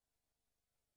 פושעים בגרוש שנתפסים,